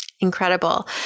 Incredible